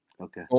Okay